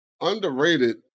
Underrated